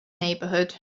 neighborhood